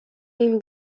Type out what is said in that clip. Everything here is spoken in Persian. این